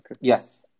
yes